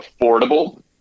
affordable